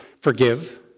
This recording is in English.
forgive